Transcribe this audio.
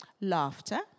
laughter